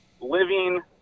living